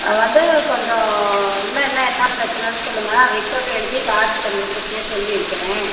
ஆ வந்து கொஞ்சம் இன்னும் என்ன என்னா பிரச்சனைன்னு சொல்லுங்கள் நான் ரிப்போர்ட் எழுதி டாக்ட்டர்கிட்ட முன்கூட்டியே சொல்லி வைக்கிறேன்